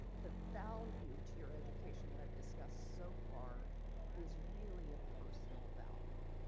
the value to your education that i have discussed so far is really a personal value.